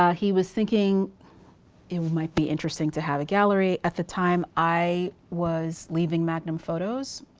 ah he was thinking it might be interesting to have a gallery. at the time i was leaving magnum photos